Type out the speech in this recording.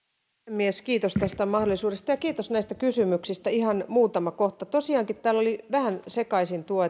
puhemies kiitos tästä mahdollisuudesta ja kiitos näistä kysymyksistä ihan muutama kohta tosiaankin täällä oli vähän sekaisin tuo